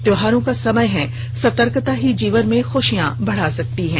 त्योहार का समय है सतर्कता ही जीवन में खुशियां बढ़ा सकती है